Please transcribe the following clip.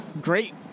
great